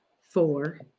four